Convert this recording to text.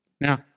Now